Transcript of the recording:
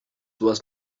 was